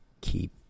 keep